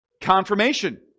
confirmation